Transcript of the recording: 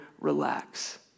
relax